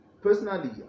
personally